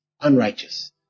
unrighteous